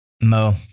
Mo